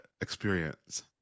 experience